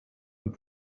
und